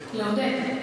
לעודד.